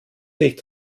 sich